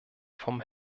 von